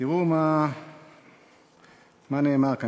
תראו מה נאמר כאן.